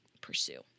pursue